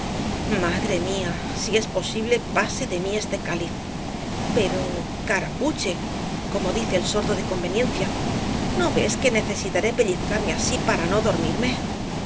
madre mía si es posible pase de mí ese cáliz pero carapuche como dice el sordo de conveniencia no ves que necesitaré pellizcarme así para no dormirme